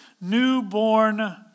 newborn